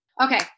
Okay